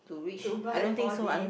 to buy four D